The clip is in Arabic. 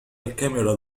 الكاميرا